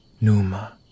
NUMA